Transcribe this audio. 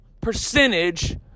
percentage